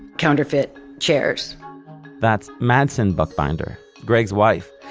counterfeit chairs that's madson buchbinder, gregg's wife.